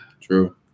true